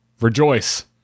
rejoice